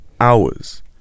hours